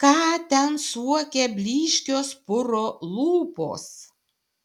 ką ten suokia blyškios puro lūpos